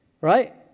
Right